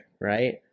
Right